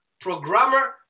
programmer